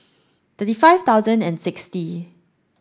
thirty five thousand and sixty